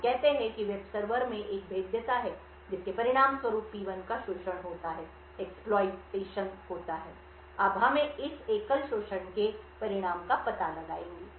हम कहते हैं कि वेब सर्वर में एक भेद्यता है जिसके परिणामस्वरूप P1 का शोषण होता है अब हम इस एकल शोषण के परिणाम का पता लगाएंगे